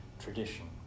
tradition